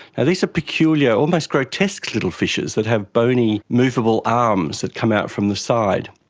and these are peculiar almost grotesque little fishes that have bony movable arms that come out from the side.